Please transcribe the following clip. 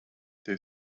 they